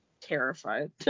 Terrified